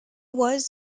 was